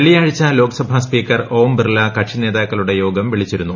വെള്ളിയാഴ്ച ലോക്സഭാ സ്പീക്കർ ട്ടൂറ്റ് ബിർല കക്ഷിനേതാക്കളുടെ യോഗം വിളിച്ചിരുന്നു